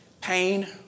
pain